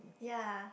ya